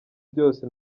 byose